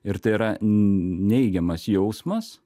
ir tai yra neigiamas jausmas